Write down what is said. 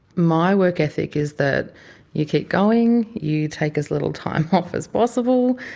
my work ethic is that you keep going, you take as little time off as possible.